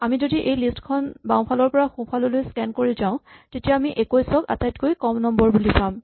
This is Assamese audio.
আমি যদি এই লিষ্ট খন বাওঁফালৰ পৰা সোঁফাললৈ স্কেন কৰি যাওঁ তেতিয়া আমি ২১ ক আটাইতকৈ কম নম্বৰ বুলি পাম